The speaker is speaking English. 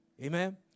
Amen